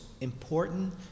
important